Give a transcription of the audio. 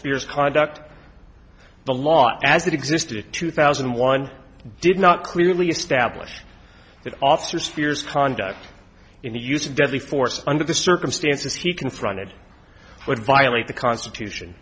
spears product the law as it existed two thousand and one did not clearly establish that officer sphere's conduct in the use of deadly force under the circumstances he confronted would violate the constitution